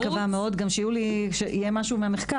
שנה הבאה אני מקווה מאוד גם שיהיה משהו מהמחקר.